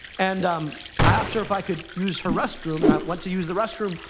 and um i asked her if i could use her restroom, and i went to use the restroom,